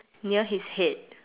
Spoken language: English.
near his head